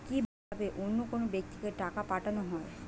কি ভাবে অন্য কোনো ব্যাক্তিকে টাকা পাঠানো হয়?